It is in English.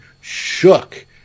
shook